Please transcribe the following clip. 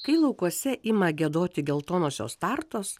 kai laukuose ima giedoti geltonosios startos